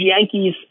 Yankees